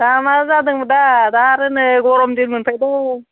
दामा जादों दा दा आरो नै गरम दिन मोनफैदों